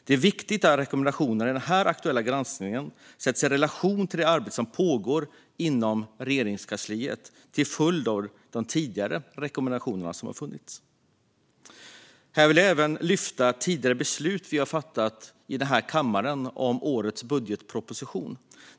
Det är viktigt att rekommendationerna i den här aktuella granskningen sätts i relation till det arbete som pågår inom Regeringskansliet till följd av de tidigare rekommendationerna. Här vill jag även lyfta fram tidigare beslut som vi fattat här i kammaren angående årets budgetproposition.